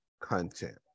content